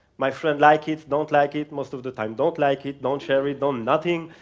my friends like it, don't like it, most of the time don't like it, don't share it, don't nothing,